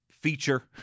feature